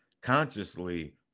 consciously